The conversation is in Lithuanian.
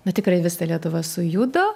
bet tikrai visa lietuva sujudo